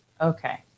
Okay